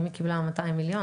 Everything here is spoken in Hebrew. אם היא קיבלה 200 מיליון,